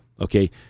okay